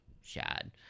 Shad